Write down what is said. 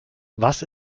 was